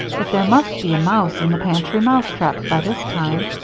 that there must be a mouse in the pantry mousetrap by this time.